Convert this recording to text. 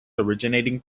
originating